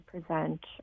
present